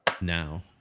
now